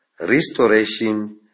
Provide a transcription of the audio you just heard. Restoration